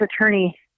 attorney